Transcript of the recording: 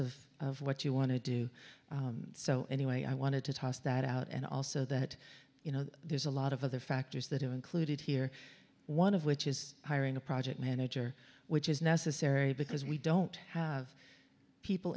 regardless of what you want to do so anyway i wanted to toss that out and also that you know there's a lot of other factors that are included here one of which is hiring a project manager which is necessary because we don't have people